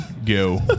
Go